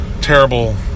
Terrible